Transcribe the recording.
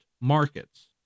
markets